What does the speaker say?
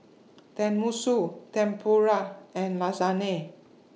Tenmusu Tempura and Lasagne